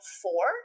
four